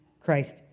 Christ